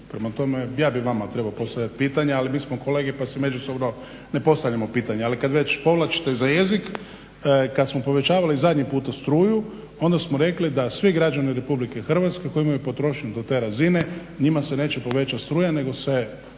prema tome ja bih vama trebao postavljat pitanja ali mi smo kolege pa si međusobno ne postavljamo pitanja. Ali kad već povlačite za jezik, kad smo povećavali zadnji puta struju onda smo rekli da svi građani Republike Hrvatske koji imaju potrošnju do te razine njima se neće povećat struja nego se